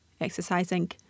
exercising